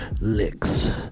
licks